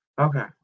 Okay